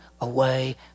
away